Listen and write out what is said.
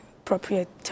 appropriate